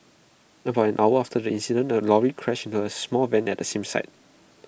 about an hour after the incident A lorry crashed into A small van at the same site